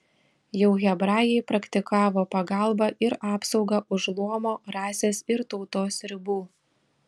jau hebrajai praktikavo pagalbą ir apsaugą už luomo rasės ir tautos ribų